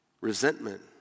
resentment